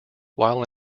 while